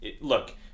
look